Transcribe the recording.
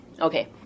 Okay